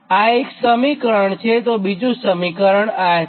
આ એક સમીકરણ છેતો બીજું સમીકરણ આ છે